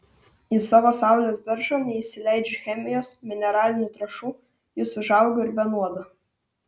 į savo saulės daržą neįsileidžiu chemijos mineralinių trąšų jis užauga ir be nuodo